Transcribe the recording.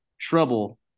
trouble